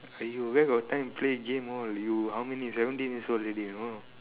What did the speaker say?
!aiyo! where got time play game all you how many seventeen years old already you know